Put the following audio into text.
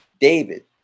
David